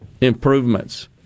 improvements